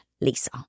lisa